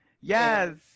Yes